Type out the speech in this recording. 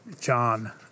John